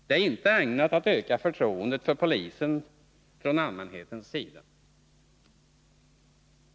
Den är inte ägnad att öka förtroendet för polisen från allmänhetens sida.